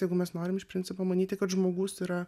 jeigu mes norim iš principo manyti kad žmogus yra